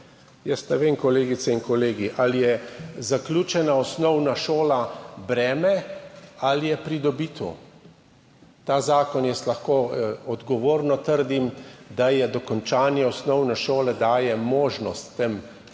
jaz ne vem, kolegice in kolegi, ali je zaključena osnovna šola breme ali je pridobitev. Jaz lahko o tem zakonu odgovorno trdim, da dokončanje osnovne šole daje možnost tem